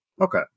Okay